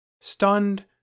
Stunned